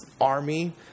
army